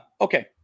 Okay